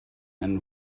and